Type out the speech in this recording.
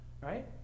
right